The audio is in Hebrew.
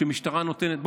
ומשטרה נותנת,